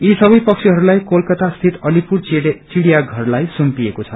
यी सबै पक्षीहरूलाई कोलकाता स्थित अलिपुर चिड़िया घरलाई सुम्पिएको छ